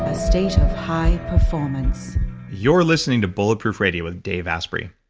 a state of high performance you're listening to bulletproof radio with dave asprey.